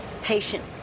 Patient